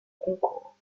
concours